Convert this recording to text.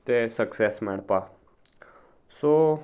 ते सक्सेस मेळपा सो